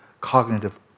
cognitive